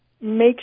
Make